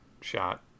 shot